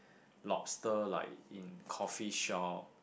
lobster like in coffee shop